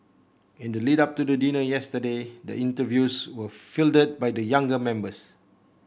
in the lead up to the dinner yesterday the interviews were fielded by the younger members